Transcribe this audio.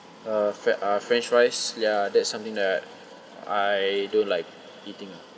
uh fre~ uh french fries ya that's something that I don't like eating ah